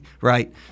right